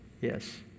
Yes